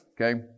Okay